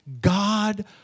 God